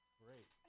great